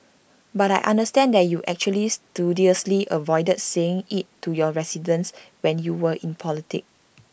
but I understand that you actually studiously avoided saying IT to your residents when you were in politics